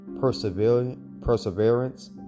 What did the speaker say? perseverance